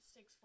Six